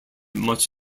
much